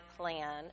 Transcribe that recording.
plan